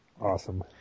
Awesome